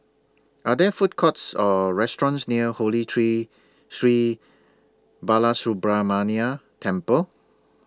Are There Food Courts Or restaurants near Holy Tree Sri Balasubramaniar Temple